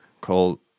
called